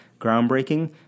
groundbreaking